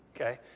Okay